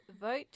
vote